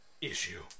issue